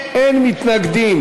מי נגד?